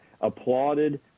applauded